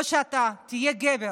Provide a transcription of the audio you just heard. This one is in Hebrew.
או שאתה תהיה גבר